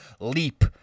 leap